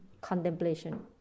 contemplation